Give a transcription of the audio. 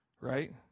Right